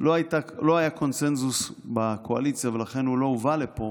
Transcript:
לא היה קונסנזוס בקואליציה ולכן הוא לא הובא לפה,